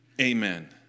Amen